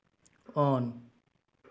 on